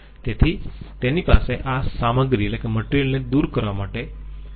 તેથી તેની પાસે આ સામગ્રી ને દૂર કરવા માટે મશિનિંગ કરવાનો કોઈ રસ્તો નથી હોતો